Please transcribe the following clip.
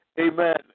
Amen